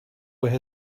where